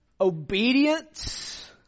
obedience